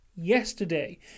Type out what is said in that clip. yesterday